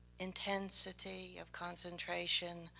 intensity of concentration,